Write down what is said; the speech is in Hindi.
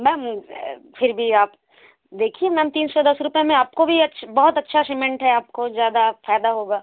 मैम फिर भी आप देखिए मैम तीन सौ दस रुपये में आपको भी अच्छा बहुत अच्छा सीमेंट है आपको ज़्यादा आप फायदा होगा